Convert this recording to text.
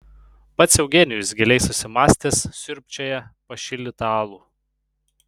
pats eugenijus giliai susimąstęs siurbčioja pašildytą alų